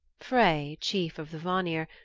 frey, chief of the vanir,